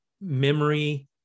memory